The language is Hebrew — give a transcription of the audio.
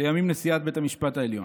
לימים נשיאת בית המשפט העליון.